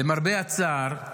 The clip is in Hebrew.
למרבה הצער,